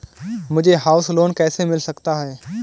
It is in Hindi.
मुझे हाउस लोंन कैसे मिल सकता है?